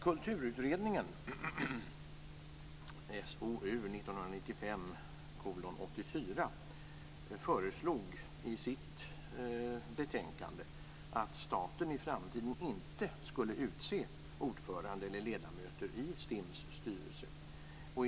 Kulturutredningen föreslog i sitt betänkande, SOU 1995:84, att staten i framtiden inte skulle utse ordförande eller ledamöter i STIM:s styrelse.